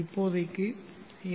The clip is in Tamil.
இப்போதைக்கு எல்